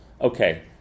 Okay